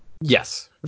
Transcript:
Yes